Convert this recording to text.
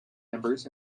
members